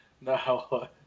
No